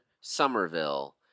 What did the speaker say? Somerville